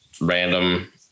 random